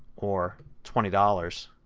or twenty dollars